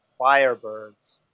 Firebirds